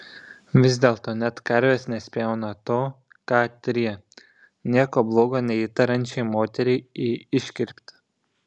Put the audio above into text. vis dėlto net karvės nespjauna to ką atryja nieko bloga neįtariančiai moteriai į iškirptę